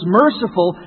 merciful